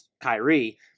Kyrie